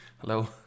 Hello